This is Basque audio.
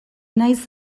naiz